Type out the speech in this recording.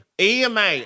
EMA